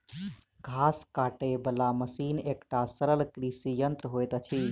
घास काटय बला मशीन एकटा सरल कृषि यंत्र होइत अछि